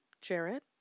Jared